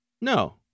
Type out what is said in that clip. No